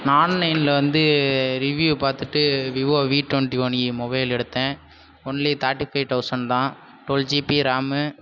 நான் ஆன்லைனில் வந்து ரிவ்யூவ் பார்த்துட்டு Vivo V twenty one e mobile எடுத்தேன் ஒன்லி தார்ட்டி ஃபை தௌசண்ட் தான் டுவெல் ஜிபி ரேமு